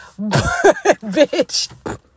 Bitch